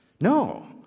No